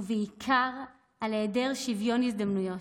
ובעיקר על היעדר שוויון הזדמנויות.